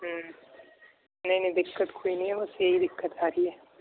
ہوں نہیں نہیں دقت کوئی نہیں ہے بس یہی دقت آ رہی ہے